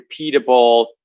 repeatable